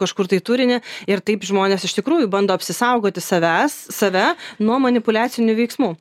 kažkur tai turinį ir taip žmonės iš tikrųjų bando apsisaugoti savęs save nuo manipuliacinių veiksmų